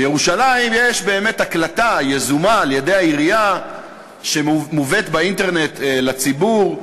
בירושלים יש באמת הקלטה יזומה על-ידי העירייה שמובאת באינטרנט לציבור.